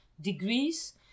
degrees